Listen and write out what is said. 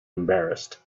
embarrassed